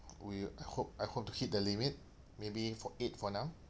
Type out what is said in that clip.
we hope I hope to hit the limit maybe fo~ eight for now